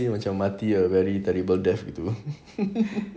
but actually mati a very terrible death to do